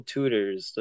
Tutors